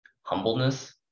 humbleness